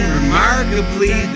remarkably